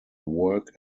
work